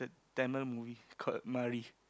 Tamil movie called Maari